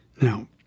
Now